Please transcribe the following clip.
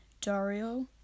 Dario